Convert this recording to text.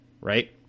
Right